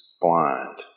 blind